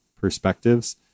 perspectives